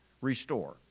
Restore